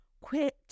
Quit